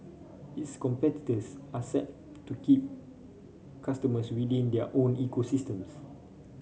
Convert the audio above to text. its competitors are set to keep customers within their own ecosystems